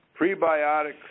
Prebiotics